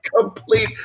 Complete